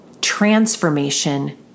transformation